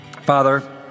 Father